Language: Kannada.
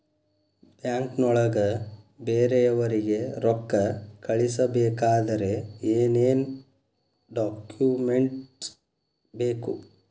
ಬ್ಯಾಂಕ್ನೊಳಗ ಬೇರೆಯವರಿಗೆ ರೊಕ್ಕ ಕಳಿಸಬೇಕಾದರೆ ಏನೇನ್ ಡಾಕುಮೆಂಟ್ಸ್ ಬೇಕು?